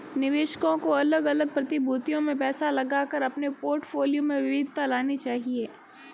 निवेशकों को अलग अलग प्रतिभूतियों में पैसा लगाकर अपने पोर्टफोलियो में विविधता लानी चाहिए